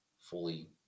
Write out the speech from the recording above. fully